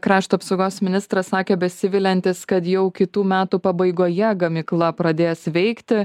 krašto apsaugos ministras sakė besiviliantis kad jau kitų metų pabaigoje gamykla pradės veikti